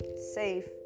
safe